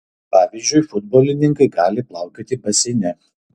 pavyzdžiui futbolininkai gali plaukioti baseine